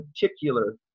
particular